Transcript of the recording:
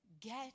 Get